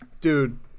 Dude